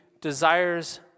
desires